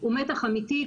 הוא מתח אמיתי.